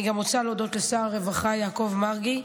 אני רוצה להודות לשר הרווחה יעקב מרגי,